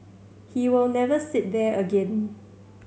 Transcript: he will never sit there again